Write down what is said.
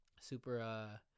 Super